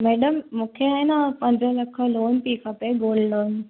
madam मूंखे अन पंज लख लोन ती खपे गोल्ड लोन